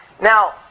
Now